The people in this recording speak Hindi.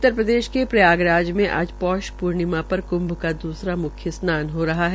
उत्तरप्रदेश प्रदेश के प्रयागराज में आज पौष पूर्णिमा पर कृंभ का दूसरा म्ख्य स्नान हो रहा है